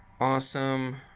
awesome.